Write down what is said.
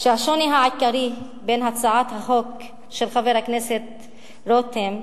ש"השוני העיקרי בין הצעת החוק של חבר הכנסת רותם"